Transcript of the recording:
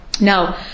Now